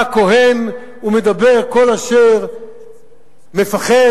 בא הכוהן ומדבר: כל אשר מפחד,